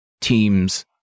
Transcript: teams